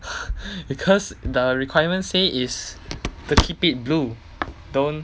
because the requirements say is to keep it blue don't